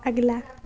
اگلا